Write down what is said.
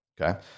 okay